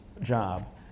job